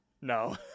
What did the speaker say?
No